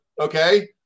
Okay